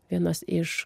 vienas iš